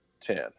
ten